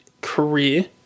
career